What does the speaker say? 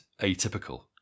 atypical